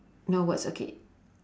no words okay